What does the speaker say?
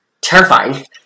terrifying